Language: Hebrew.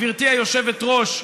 גברתי היושבת-ראש,